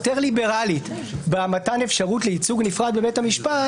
יותר ליברלית במתן אפשרות לייצוג נפרד בבית המשפט,